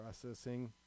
processing